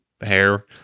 hair